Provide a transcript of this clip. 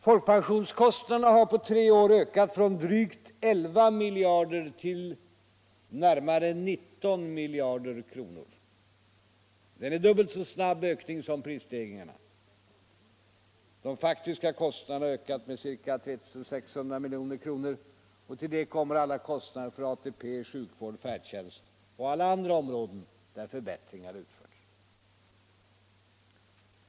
Folkpensionskostnaderna har ökat från drygt 11 till närmare 19 miljarder kronor. Denna ökning är dubbelt så snabb som prisstegringarna. De faktiska kostnaderna har ökat med ca 3 600 milj.kr. Till detta kommer alla kostnader för ATP, sjukvård, färdtjänst och alla andra områden där förbättringar genomförts.